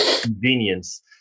convenience